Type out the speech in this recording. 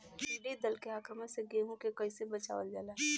टिडी दल के आक्रमण से गेहूँ के कइसे बचावल जाला?